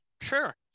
sure